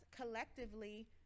collectively